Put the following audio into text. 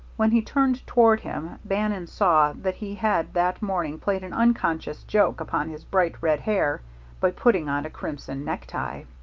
when he turned toward him bannon saw that he had that morning played an unconscious joke upon his bright red hair by putting on a crimson necktie.